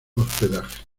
hospedaje